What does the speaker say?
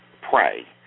pray